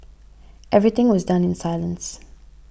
everything was done in silence